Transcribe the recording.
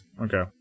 okay